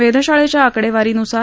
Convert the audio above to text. वेधशाळेच्या आकडेवारीनुसार